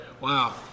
Wow